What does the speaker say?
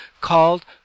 called